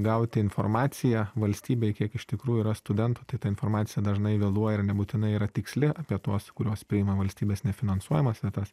gauti informaciją valstybei kiek iš tikrųjų yra studentų tai ta informacija dažnai vėluoja ir nebūtinai yra tiksli apie tuos kuriuos priima į valstybės nefinansuojamas vietas